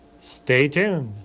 stay tuned.